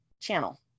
channel